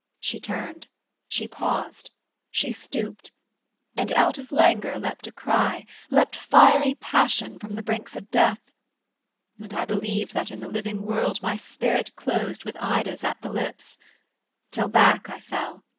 she turned she paused she stooped and out of languor leapt a cry leapt fiery passion from the brinks of death and i believed that in the living world my spirit closed with ida's at the lips till back i fell,